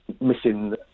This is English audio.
missing